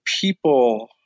people